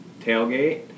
tailgate